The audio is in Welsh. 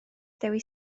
dewi